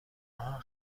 آهن